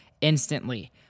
instantly